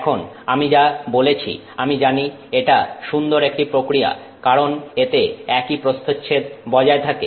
এখন আমি যা বলেছি আমি জানি এটা সুন্দর একটি প্রক্রিয়া কারণ এতে একই প্রস্থচ্ছেদ বজায় থাকে